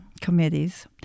committees